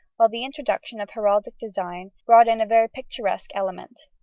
while the introduction of heraldic design brought in a very picturesque element.